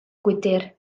gwydr